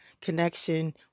connection